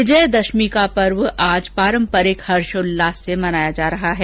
विजयादशमी का पर्व आज पारंपरिक हर्षोल्लास से मनाया जा रहा है